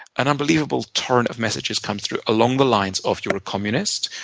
an unbelievable torrent of messages comes through, along the lines of you're a communist,